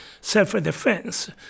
self-defense